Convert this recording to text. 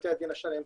בתי הדין השרעיים,